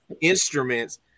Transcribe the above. instruments